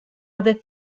other